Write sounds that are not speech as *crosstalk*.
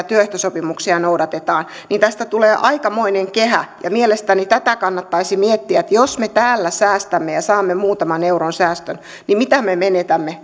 *unintelligible* työehtosopimuksia noudatetaan niin tästä tulee aikamoinen kehä mielestäni kannattaisi miettiä että jos me täällä säästämme ja saamme muutaman euron säästön niin mitä me menetämme *unintelligible*